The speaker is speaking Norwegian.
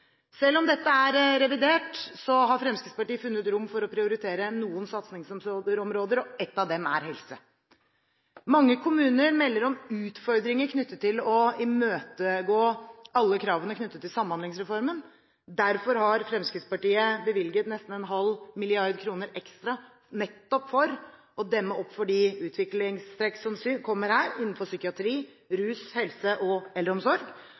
Selv om dette er revidert nasjonalbudsjett, har Fremskrittspartiet funnet rom til å prioritere noen satsingsområder. Ett av dem er helse. Mange kommuner melder om utfordringer i det å imøtekomme alle kravene knyttet til Samhandlingsreformen. Derfor har Fremskrittspartiet bevilget nesten 0,5 mrd. kr ekstra, nettopp for å demme opp for utviklingstrekkene vi ser innenfor psykiatri, rus, helse og eldreomsorg.